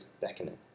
beckoning